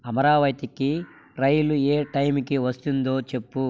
అమరావతికి రైలు ఏ టైంకి వస్తుందో చెప్పు